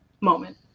moment